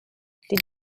did